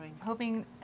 Hoping